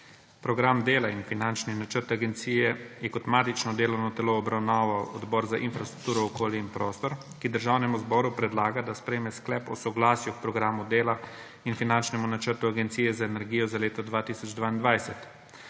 Program dela in finančni načrt Agencije za energijo je kot matično delovno telo obravnaval Odbor za infrastrukturo, okolje in prostor, ki Državnemu zboru predlaga, da sprejme sklep o soglasju k Programu dela in finančnemu načrtu Agencije za energijo za leto 2022.